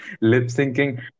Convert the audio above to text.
Lip-syncing